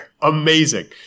amazing